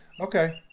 Okay